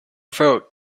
vote